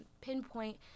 pinpoint